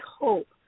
hope